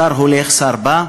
שר הולך, שר בא,